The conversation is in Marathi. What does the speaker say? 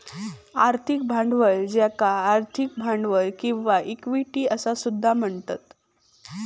आर्थिक भांडवल ज्याका आर्थिक भांडवल किंवा इक्विटी असा सुद्धा म्हणतत